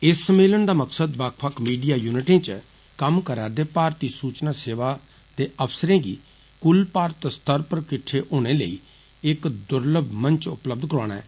इस सम्मेलन दा मकसद बक्ख बक्ख मीडिया युनिअें च कम्म करारदे भारती सूचना सेवा दे अफसरें गी कुल भारत स्तर पर किट्टे होने लेई इक दुलर्भ मंच उपलब्ध करोआना ऐ